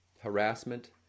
harassment